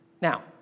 Now